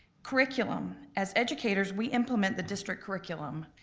curriculum, as educators we implement the district curriculum.